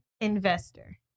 investor